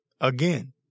Again